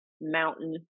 mountain